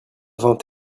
vingt